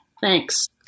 Thanks